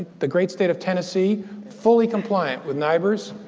the great state of tennessee fully compliant with nibrs.